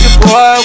boy